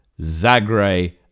Zagre